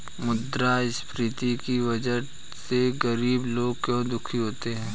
मुद्रास्फीति की वजह से गरीब लोग क्यों दुखी होते हैं?